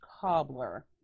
cobbler